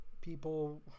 people